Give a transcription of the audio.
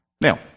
Now